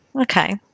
Okay